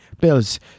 bills